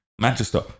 Manchester